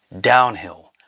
Downhill